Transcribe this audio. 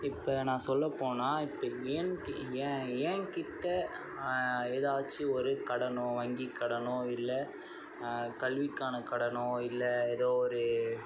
இப்போ நான் சொல்லப்போனால் இப்போ என் என் எங்கிட்ட ஏதாச்சும் ஒரு கடனோ வங்கி கடனோ இல்லை கல்விக்கான கடனோ இல்லை ஏதோ ஒரு